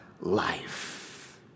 life